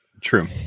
True